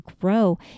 grow